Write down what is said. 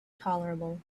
tolerable